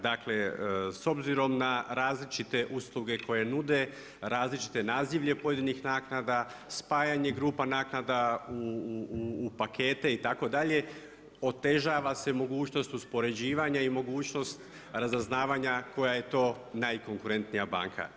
Dakle, s obzirom na različite usluge koje nude, različito nazivlje pojedinih naknada, spajanje grupa naknada u pakete itd. otežava se mogućnost uspoređivanja i mogućnost razaznavanja koja je to najkonkurentnija banka.